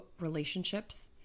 relationships